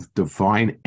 divine